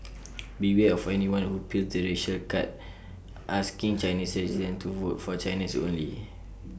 beware of anyone who plays the racial card asking Chinese residents to vote for Chinese only